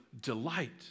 delight